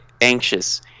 anxious